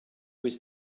was